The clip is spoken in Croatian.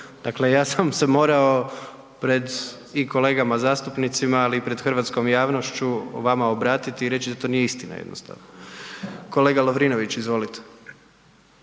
Dakle, ja sam se morao pred i kolegama zastupnicima, ali i pred hrvatskom javnošću vama obratiti i reći da to nije istina jednostavno. Kolega Lovrinović, izvolite.